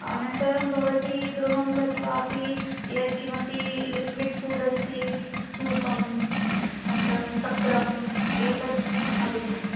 अनन्तरं भवती गृहं गत्वापि यत्किमपि लिक्विड् फ़ूडस्ति सूपम् अनन्तरं तक्रं एतद् खादतु